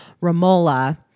Romola